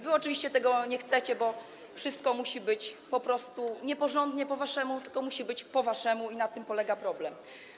Wy oczywiście tego nie chcecie, bo wszystko musi być po prostu nieporządnie, po waszemu, musi być tylko po waszemu, i na tym polega problem.